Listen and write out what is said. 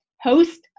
Host